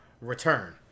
return